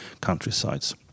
countrysides